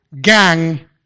gang